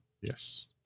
Yes